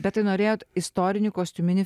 bet tai norėjot istorinį kostiuminį